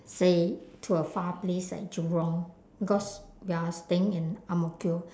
say to a far place like jurong because we are staying in ang mo kio